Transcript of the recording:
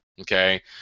okay